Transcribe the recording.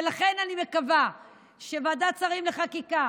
ולכן אני מקווה שוועדת שרים לחקיקה